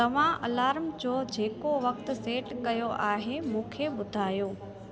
तव्हां अलार्म जो जेको वक़्तु सेट कयो आहे मूंखे ॿुधायो